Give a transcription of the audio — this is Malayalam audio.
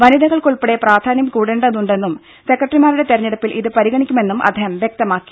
വനിതകൾക്ക് ഉൾപ്പടെ പ്രാതിനിധ്യം കൂടേണ്ടതുണ്ടെന്നും സെക്രട്ടറിമാരുടെ തെരഞ്ഞെടുപ്പിൽ ഇത് പരിഗണിക്കുമെന്നും അദ്ദേഹം വ്യക്തമാക്കി